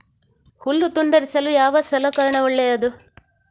ಹುಲ್ಲು ತುಂಡರಿಸಲು ಯಾವ ಸಲಕರಣ ಒಳ್ಳೆಯದು?